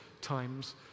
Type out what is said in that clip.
times